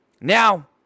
Now